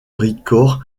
ricord